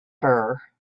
her